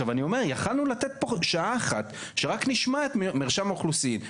יכולנו לתת פה שעה אחת שרק נשמע את מרשם האוכלוסין,